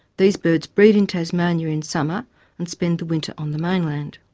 these birds breed in tasmania in summer and spend the winter on the mainland.